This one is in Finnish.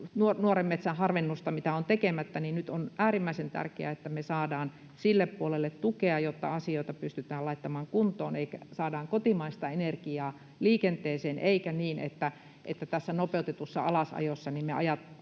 nuoren metsän harvennusta, mitä on tekemättä, nyt on äärimmäisen tärkeää, että me saadaan sille puolelle tukea, jotta asioita pystytään laittamaan kuntoon ja saadaan kotimaista energiaa liikenteeseen, eikä niin, että tässä nopeutetussa alasajossa me vain